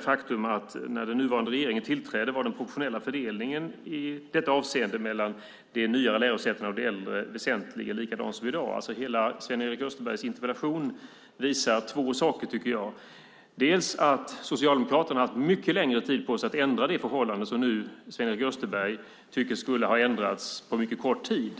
faktumet att när den nuvarande regeringen tillträdde var den proportionella fördelningen i detta avseende mellan de nyare lärosätena och de äldre väsentligen likadan som i dag. Sven-Erik Österbergs interpellation visar på två saker, tycker jag. För det första har Socialdemokraterna haft mycket längre tid på sig att ändra det förhållande som nu Sven-Erik Österberg tycker skulle ha ändrats på mycket kort tid.